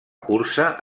cursa